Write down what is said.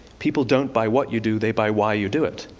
people don't buy what you do they buy why you do it.